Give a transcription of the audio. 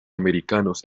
americanos